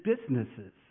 businesses